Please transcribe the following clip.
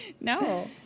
No